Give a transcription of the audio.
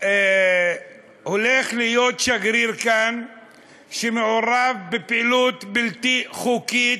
הולך להיות כאן שגריר שמעורב בפעילות בלתי חוקית,